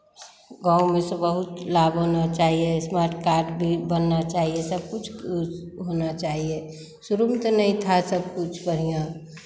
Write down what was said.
गाँव में सब बहुत लाभ होना चाहिए स्मार्ट कार्ड भी बनना चाहिए सब कुछ होना चाहिए शुरु में तो नहीं था सब कुछ बढ़ियाँ